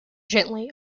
gently